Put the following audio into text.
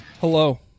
Hello